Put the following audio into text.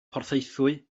porthaethwy